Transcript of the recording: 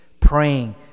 praying